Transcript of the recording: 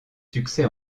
succès